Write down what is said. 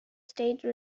state